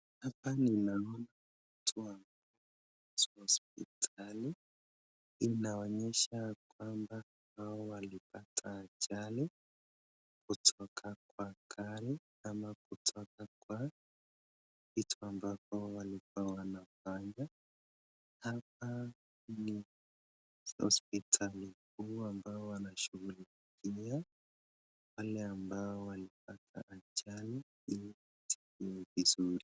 Hapa ninaona watu hospitali. Inaonyesha ya kwamba hawa walipata ajali kutoka kwa gari ama kutoka kwa vitu ambavyo walikuwa wanafanya. Hapa ni hospitali kuu ambao wanashughulikia wale ambao walipata ajali ili watibiwe vizuri.